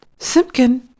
simkin